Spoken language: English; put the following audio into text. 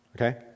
okay